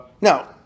now